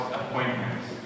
appointments